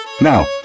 Now